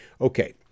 Okay